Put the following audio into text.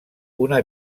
una